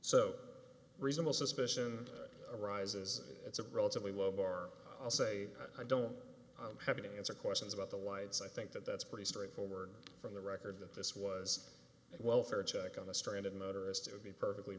so reasonable suspicion arises it's a relatively low bar i'll say i don't have to answer questions about the wides i think that that's pretty straight forward from the record that this was a welfare check on a stranded motorist it would be perfectly